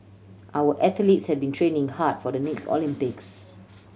our athletes have been training hard for the next Olympics